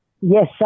Yes